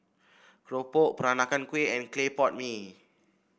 keropok Peranakan Kueh and Clay Pot Mee